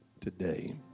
today